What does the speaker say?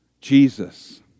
Jesus